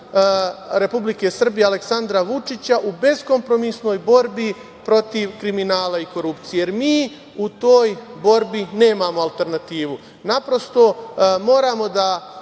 Republike Srbije Aleksandra Vučića u beskompromisnoj borbi protiv kriminala i korupcije, jer mi u toj borbi nemamo alternativnu. Naprosto, moramo da